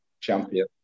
Champion